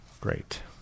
Great